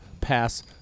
pass